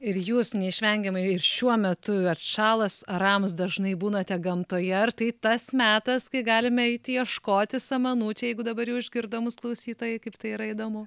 ir jūs neišvengiamai ir šiuo metu atšalus orams dažnai būnate gamtoje ar tai tas metas kai galime eiti ieškoti samanų čia jeigu dabar jau išgirdo mus klausytojai kaip tai yra įdomu